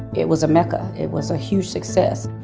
it was a mecca, it was a huge success.